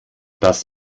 das